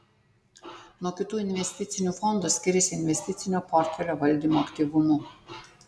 nuo kitų investicinių fondų skiriasi investicinio portfelio valdymo aktyvumu